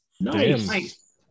Nice